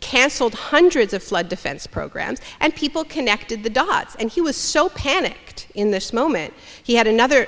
cancelled hundreds of flood defense programs and people connected the dots and he was so panicked in this moment he had another